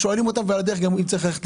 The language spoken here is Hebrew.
על הדרך הם גם שואלים